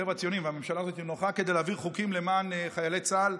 הממשלה הזאת נוחה כדי להעביר חוקים למען חיילי צה"ל,